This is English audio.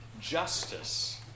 justice